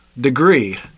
degree